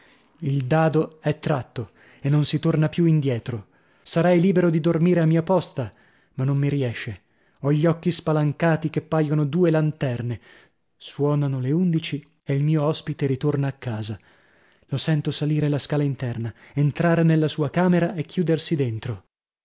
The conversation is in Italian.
il dado è tratto e non si torna più indietro sarei libero di dormire a mia posta ma non mi riesce ho gli occhi spalancati che paiono due lanterne suonano le undici e il mio ospite ritorna a casa lo sento salire la scala interna entrare nella sua camera e chiudersi dentro